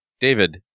David